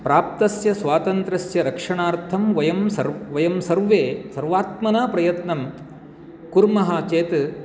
प्राप्तस्य स्वातन्त्रस्य रक्षणार्थं वयं वयं सर्वे सर्वात्मना प्रयत्नं कुर्मः चेत्